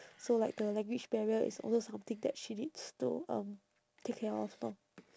so like the language barrier is also something that she needs to um take care of lor